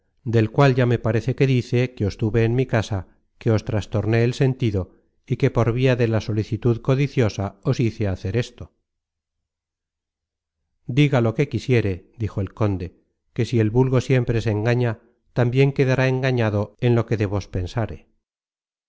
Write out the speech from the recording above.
del cual ya me parece que dice que os tuve en mi casa que os trastorné el sentido y que por via de la solicitud codiciosa os hice hacer esto diga lo que quisiere dijo el conde que si el vulgo siempre se engaña tambien quedará engañado en lo que